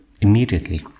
immediately